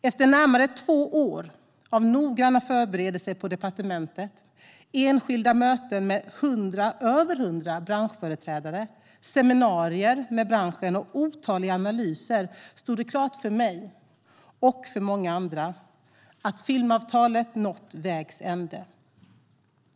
Efter närmare två år av noggranna förberedelser på departementet, enskilda möten med över hundra branschföreträdare, seminarier med branschen och otaliga analyser stod det klart för mig, och för många andra, att filmavtalet nått vägs ände.